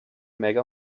mega